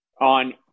On